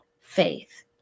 faith